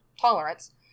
tolerance